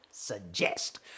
Suggest